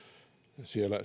siellä